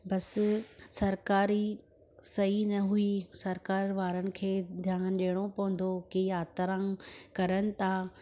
बस सरकारी सही न हुई सरकार वारनि खे ध्यानु ॾियणो पवंदो की यात्रा करनि था